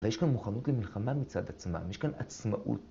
לא יש כאן מוכנות למלחמה מצד עצמם, יש כאן עצמאות.